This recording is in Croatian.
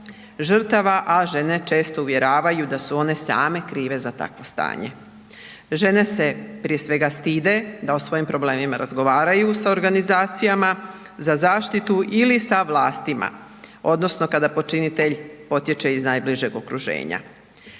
žrtava, a žene često uvjeravaju da su one same krive za takvo stanje. Žene se prije svega stide da o svojim problemima razgovaraju sa organizacijama za zaštitu ili sa vlastima odnosno kada počinitelj potječe iz najbližeg okruženja.